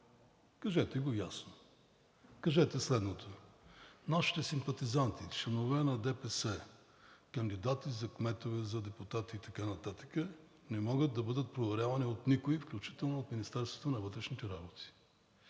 Кажете го ясно. Кажете следното: нашите симпатизанти, членове на ДПС, кандидати за кметове, за депутати и така нататък не могат да бъдат проверявани от никого, включително и от Министерството на вътрешните работи.